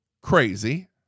crazy